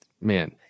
man